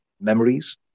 memories